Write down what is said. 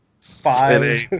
Five